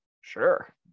Sure